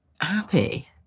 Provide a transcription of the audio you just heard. happy